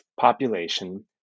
population